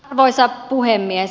arvoisa puhemies